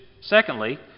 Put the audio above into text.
Secondly